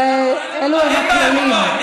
המציעים, אסור להם להגיד.